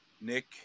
Nick